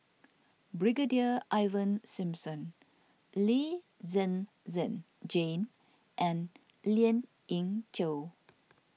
Brigadier Ivan Simson Lee Zhen Zhen Jane and Lien Ying Chow